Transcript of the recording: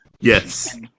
yes